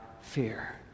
fear